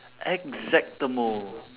exactamo